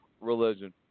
religion